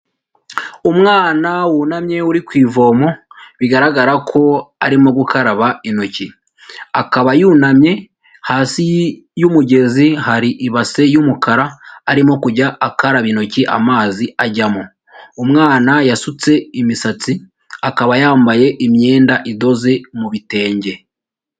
Umwana wunamye uri ku ivomo bigaragara ko arimo gukaraba intoki akaba yunamye hasi y'umugezi hari ibase y'umukara arimo kujya akaba intoki amazi ajyamo umwana yasutse imisatsi akaba yambaye imyenda idoze mu bitenge.